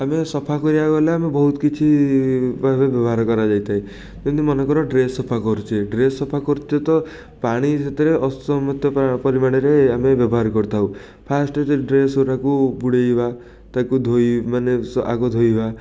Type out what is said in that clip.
ଆମେ ସଫା କରିବାକୁ ଗଲେ ଆମେ ବହୁତ କିଛି ଭାବେ ବ୍ୟବହାର କରାଯାଇଥାଏ ଯେମିତି ମନେକର ଡ୍ରେସ୍ ସଫା କରୁଛେ ଡ୍ରେସ୍ ସଫା କରୁଛେ ତ ପାଣି ସେଥିରେ ଅସୀମିତ ପରିମାଣରେ ଆମେ ବ୍ୟବହାର କରିଥାଉ ଫାଷ୍ଟ୍ରେ ଯେ ଡ୍ରେସ୍ଗୁଡ଼ାକୁ ବୁଡ଼େଇବା ତାକୁ ଧୋଇ ମାନେ ସ ଆଗ ଧୋଇବା